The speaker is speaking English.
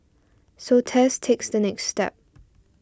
so Tess takes the next step